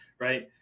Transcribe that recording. right